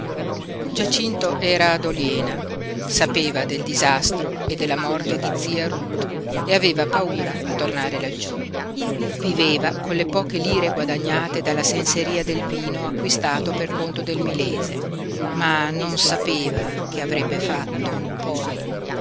giacinto era ad oliena sapeva del disastro e della morte di zia ruth e aveva paura a tornare laggiú viveva con le poche lire guadagnate dalla senseria del vino acquistato per conto del milese ma non sapeva che avrebbe fatto poi